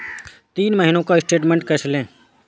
तीन महीने का स्टेटमेंट कैसे लें?